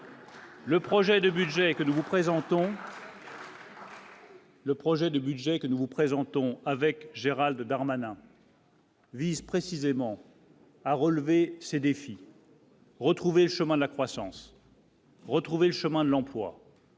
Le projet de budget que nous vous présentons avec Gérald Darmanin. Vise précisément. à relever ces défis. Retrouver le chemin de la croissance. Retrouver le chemin de l'emploi.